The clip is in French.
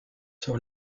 sur